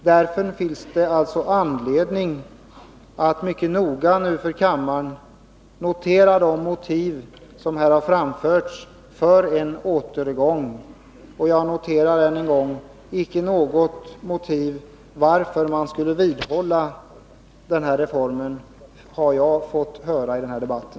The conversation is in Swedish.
Därför finns det skäl för kammaren att mycket noga överväga de motiv som här har framförts för en återgång. Jag noterar än en gång att jag i den här debatten icke har fått höra något motiv för att man skulle hålla fast vid den här reformen.